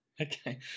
Okay